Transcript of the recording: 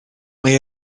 mae